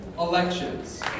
elections